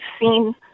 seen